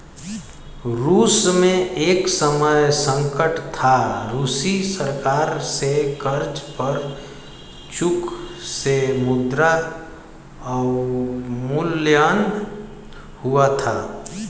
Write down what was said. रूस में एक समय संकट था, रूसी सरकार से कर्ज पर चूक से मुद्रा अवमूल्यन हुआ था